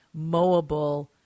mowable